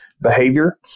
behavior